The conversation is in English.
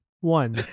one